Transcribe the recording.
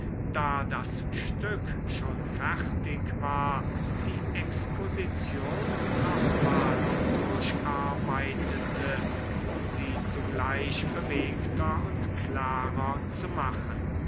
da das stück schon fertig war die exposition nochmals durcharbeitete um sie zugleich bewegter und klarer zu machen